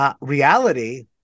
reality